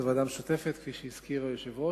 זו ועדה משותפת, כפי שהזכיר היושב-ראש,